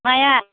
माया